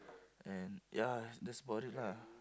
and ya that's about it lah